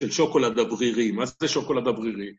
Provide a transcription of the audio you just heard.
‫של שוקולד אוורירי. ‫מה זה שוקולד אוורירי?